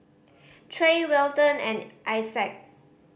Trey Welton and Isaac